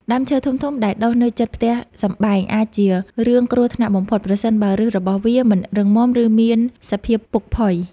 ដើមឈើធំៗដែលដុះនៅជិតផ្ទះសម្បែងអាចជារឿងគ្រោះថ្នាក់បំផុតប្រសិនបើឫសរបស់វាមិនរឹងមាំ ឬមានសភាពពុកផុយ។